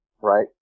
right